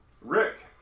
Rick